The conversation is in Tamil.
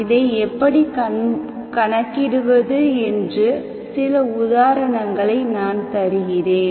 இதை எப்படி கணக்கிடுவது என்று சில உதாரணங்களை நான் தருகிறேன்